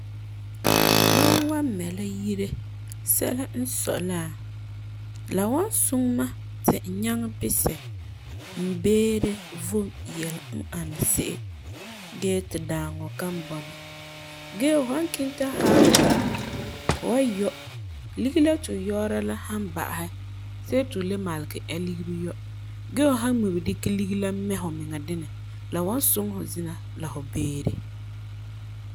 Mam wan mɛ n yire sɛla n sɔi la, la wan suŋɛ mam to n nyaŋɛ bisɛ n beere vom yɛla n ani se'em gee ti dãaŋɔ kan bɔna. Gee fu san kiŋɛ ta paɛ dei, fu wan yɔ ligeri ,ligeri la ti fu yɔɔra la san ba'asɛ see ti fu le magelum ee ligeri yɔ gee fu san ŋmibe dikɛ ligeri la mɛ fu miŋa dinɛ, la wan suŋɛ fu zina tã fu beere.